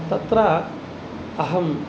तत्र अहं